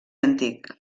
antic